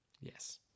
Yes